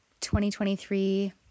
2023